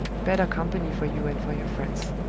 better company for you and for your friends.